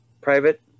private